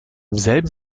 selben